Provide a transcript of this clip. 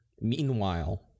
Meanwhile